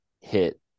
hit